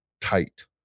tight